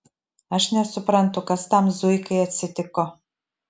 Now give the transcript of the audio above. aš nesuprantu kas tam zuikai atsitiko